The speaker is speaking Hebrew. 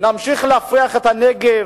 נמשיך להפריח את הנגב,